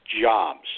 jobs